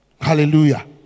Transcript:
Hallelujah